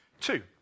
Two